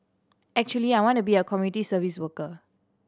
actually I want to be a community service worker